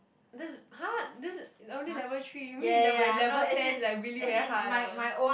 that's !huh! this is only level three you mean in level level ten like really very hard lah